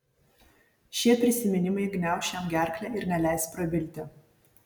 šie prisiminimai gniauš jam gerklę ir neleis prabilti